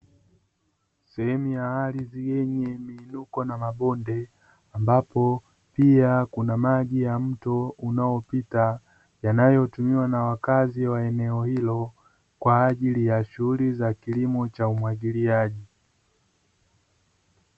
Sehemu ya ardhi yenye miinuko na mabonde ambapo pia kuna maji ya mto unaopita yanayotumiwa na wakazi wa eneo hilo kwa ajili ya shuguli ya kilimo cha umwagiliaji.